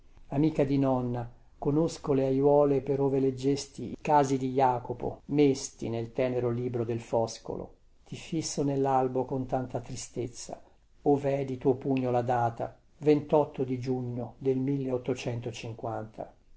amica di nonna conosco le aiole per ove leggesti i casi di jacopo mesti nel tenero libro del foscolo ti fisso nellalbo con tanta tristezza ovè di tuo pugno la data ventotto di giugno del